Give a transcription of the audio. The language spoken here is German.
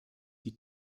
die